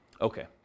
okay